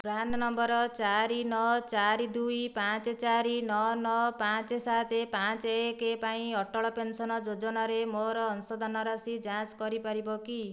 PAN number ଚାରି ନ ଚାରି ଦୁଇ ପାଞ୍ଚ ଚାରି ନ ନ ପାଞ୍ଚ ସାତ ପାଞ୍ଚ ଏକ ପାଇଁ ଅଟଳ ପେନ୍ସନ୍ ଯୋଜନାରେ ମୋର ଅଂଶଦାନ ରାଶି ଯାଞ୍ଚ କରିପାରିବ କି